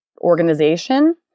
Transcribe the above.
organization